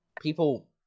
people